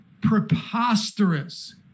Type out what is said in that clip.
preposterous